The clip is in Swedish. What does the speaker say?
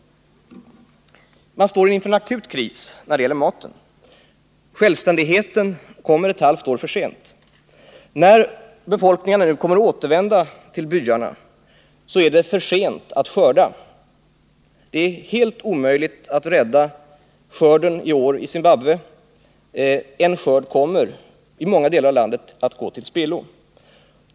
Landet står inför en akut kris när det gäller maten. Självständigheten kommer ett halvt år för sent. När befolkningen kommer att återvända till byarna är det för sent att skörda; det är helt omöjligt att rädda skörden i år i Zimbabwe. En skörd kommer därför i många delar av landet att gå till spillo.